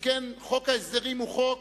שכן חוק ההסדרים הוא חוק